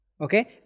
okay